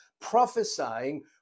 prophesying